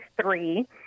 three